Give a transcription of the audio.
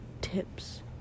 tips